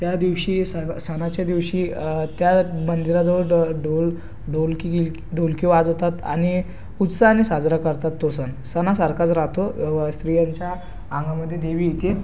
त्या दिवशी स सणाच्या दिवशी त्या मंदिराजवळ डं ढोल ढोलकी गिलक् ढोलकी वाजवतात आणि उत्साहाने साजरा करतात तो सण सणासारखाच राहतो स्त्रियांच्या अंगामध्ये देवी येते